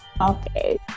Okay